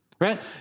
Right